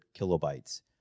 kilobytes